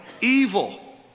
evil